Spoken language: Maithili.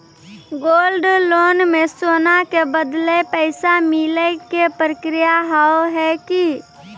गोल्ड लोन मे सोना के बदले पैसा मिले के प्रक्रिया हाव है की?